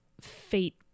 fate